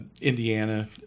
Indiana